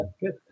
good